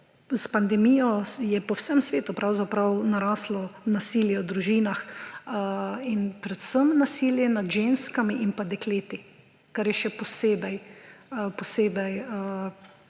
s pandemijo je po vsem svetu pravzaprav narastlo nasilje v družinah in predvsem nasilje nad ženskami in dekleti, kar je še posebej